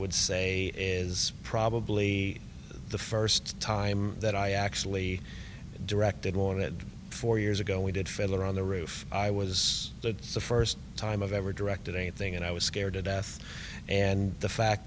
would say is probably the first time that i actually directed wanted four years ago we did feller on the roof i was the first time i've ever directed anything and i was scared to death and the fact